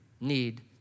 need